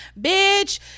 Bitch